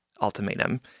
ultimatum